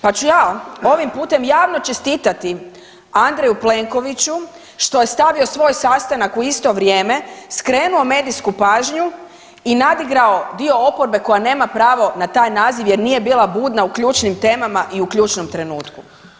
Pa ću ja ovim putem javno čestitati Andreju Plenkoviću što je stavio svoj sastanak u isto vrijeme, skrenuo medijsku pažnju i nadigrao dio oporbe koja nema pravo na taj naziv jer nije bila budna u ključnim temama i u ključnom trenutku.